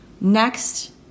Next